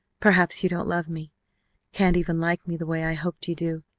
perhaps you don't love me can't even like me the way i hoped you do.